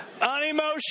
Unemotional